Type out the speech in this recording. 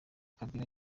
kabila